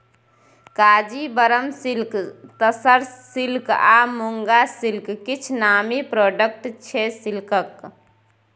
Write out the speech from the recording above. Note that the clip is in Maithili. कांजीबरम सिल्क, तसर सिल्क आ मुँगा सिल्क किछ नामी प्रोडक्ट छै सिल्कक